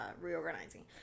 reorganizing